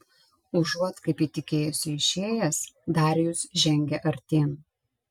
užuot kaip ji tikėjosi išėjęs darijus žengė artyn